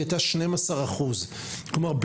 היא הייתה 12%. כלומר,